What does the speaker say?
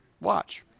Watch